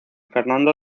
fernando